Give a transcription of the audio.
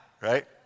Right